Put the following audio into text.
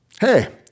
Hey